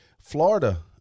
Florida